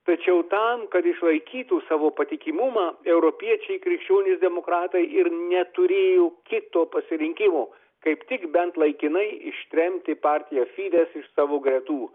tačiau tam kad išlaikytų savo patikimumą europiečiai krikščionys demokratai ir neturėjo kito pasirinkimo kaip tik bent laikinai ištremti partiją fidez iš savo gretų